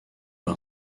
par